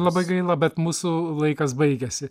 labai gaila bet mūsų laikas baigiasi